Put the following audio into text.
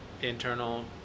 internal